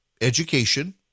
education